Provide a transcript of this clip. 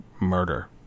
murder